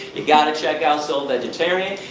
you got to check out soul vegetarian.